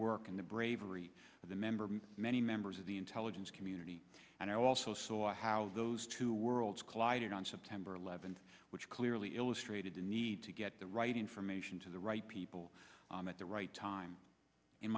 work and the bravery of the members many members of the intelligence community and i also saw how those two worlds collided on september eleventh which clearly illustrated the need to get the right information to the right people at the right time in